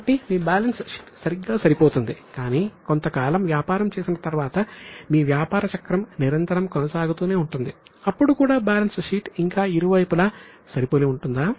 కాబట్టి మీ balance sheet సరిగ్గా సరిపోతుంది కానీ కొంతకాలం వ్యాపారం చేసిన తర్వాత మీ వ్యాపార చక్రం నిరంతరం కొనసాగుతూనే ఉంటుంది అప్పుడు కూడా బ్యాలెన్స్ షీట్ ఇంకా ఇరువైపులా సరిపోలి ఉంటుందా